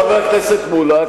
חבר הכנסת מולה,